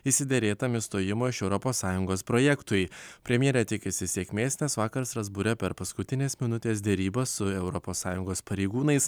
išsiderėtam išstojimo iš europos sąjungos projektui premjerė tikisi sėkmės nes vakar strasbūre per paskutinės minutės derybas su europos sąjungos pareigūnais